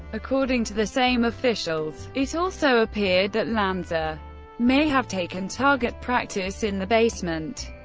according to the same officials, it also appeared that lanza may have taken target practice in the basement.